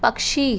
पक्षी